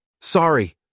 Sorry